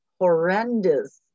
horrendous